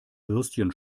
würstchen